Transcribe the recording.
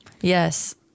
Yes